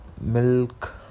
milk